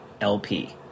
LP